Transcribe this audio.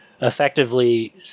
effectively